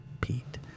Pete